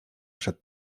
przed